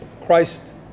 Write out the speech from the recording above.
Christ